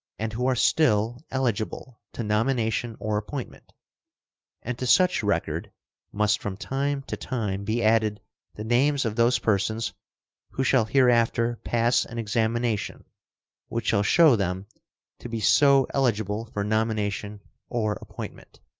and who are still eligible to nomination or appointment and to such record must from time to time be added the names of those persons who shall hereafter pass an examination which shall show them to be so eligible for nomination or appointment.